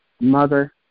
mother